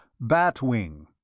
Batwing